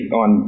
on